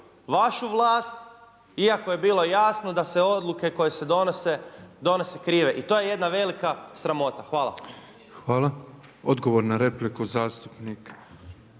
vašu vlast iako je bilo jasno da se odluke koje se donose, donose krive. I to je jedna velika sramota. Hvala. **Petrov, Božo (MOST)** Hvala. Odgovor na repliku zastupnik.